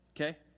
okay